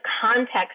context